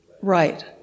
Right